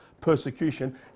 persecution